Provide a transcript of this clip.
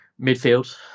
Midfield